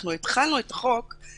אנחנו התחלנו את יישום החוק כפיילוט,